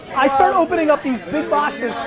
i start opening up these big boxes,